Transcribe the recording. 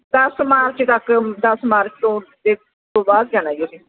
ਦਸ ਮਾਰਚ ਤੱਕ ਦਸ ਮਾਰਚ ਤੋਂ ਦੇ ਬਾਅਦ ਜਾਣਾ ਜੀ ਅਸੀਂ